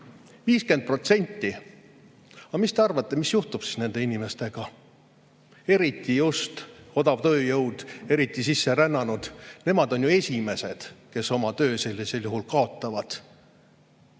50%. Aga mis te arvate, mis juhtub nende inimestega? Eriti just odav tööjõud, eriti sisserännanud, nemad on ju esimesed, kes oma töö sellisel juhul kaotavad.